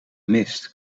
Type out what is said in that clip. mist